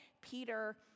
Peter